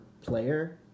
player